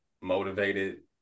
motivated